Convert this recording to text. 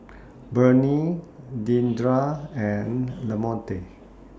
Bennie Deandre and Lamonte